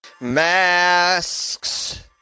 masks